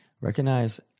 Recognize